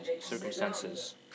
circumstances